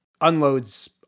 unloads